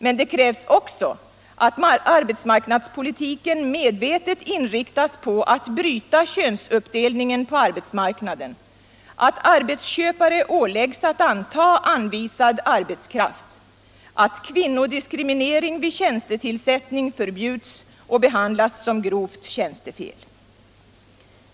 Men det krävs också att arbetsmarknadspolitiken medvetet inriktas på att bryta könsuppdelningen på arbetsmarknaden, att arbetsköpare åläggs att anta anvisad arbetskraft, att kvinnodiskriminering vid tjänstetillsättning förbjuds och behandlas som grovt tjänstefel.